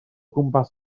gwmpas